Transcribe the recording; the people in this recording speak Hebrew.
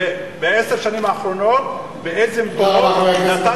בעשר השנים האחרונות מאיזה מקורות נתת